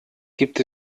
gibt